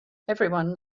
everyone